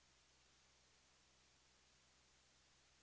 Erkänn det!